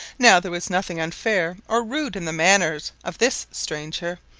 now there was nothing unfair or rude in the manners of this stranger,